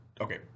okay